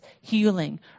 healing